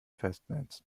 festnetz